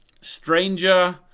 Stranger